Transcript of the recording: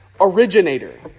originator